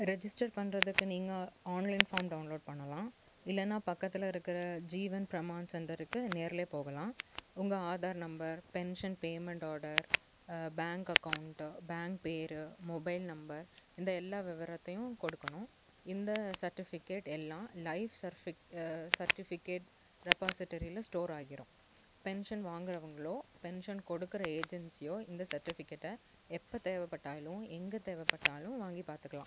register பண்ணுறதுக்கு நீங்கள் online form download பண்ணலாம் இல்லைன்னா பக்கத்தில் இருக்கிற ஜீவன் ப்ரமாண் சென்டருக்கு நேரரில் போகலாம் உங்கள் Aadhaar number pension payment order bank account bank பெயரு மொபைல் நம்பர் இந்த எல்லா விவரத்தையும் கொடுக்கணும் இந்த சர்டிஃபிகேட் எல்லாம் லைஃப் சர்ஃபி சர்டிஃபிகேட் ரெபாஸிட்டரில் ஸ்டோர் ஆகிடும் பென்ஷன் வாங்கிறவங்களோ பென்ஷன் கொடுக்கிற ஏஜென்ஸியோ இந்த சர்டிஃபிகேட்டை எப்போ தேவைப்பட்டாலும் எங்கே தேவைப்பட்டாலும் வாங்கி பார்த்துக்கலாம்